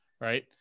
right